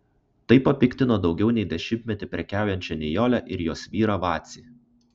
tai papiktino daugiau nei dešimtmetį prekiaujančią nijolę ir jos vyrą vacį